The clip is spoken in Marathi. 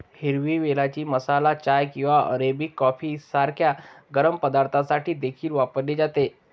हिरवी वेलची मसाला चाय किंवा अरेबिक कॉफी सारख्या गरम पदार्थांसाठी देखील वापरली जाते